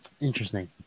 Interesting